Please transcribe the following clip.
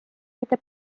aitab